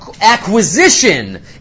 acquisition